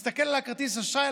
מסתכל על כרטיס האשראי,